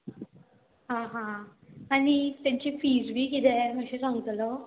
आं हां आनी तेंची फीज बी कितें मातशें सांगतलो